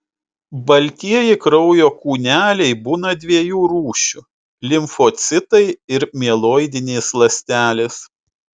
baltieji kraujo kūneliai būna dviejų rūšių limfocitai ir mieloidinės ląstelės